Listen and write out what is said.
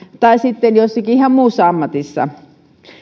tai sitten jossakin ihan muussa ammatissa